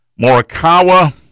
Morikawa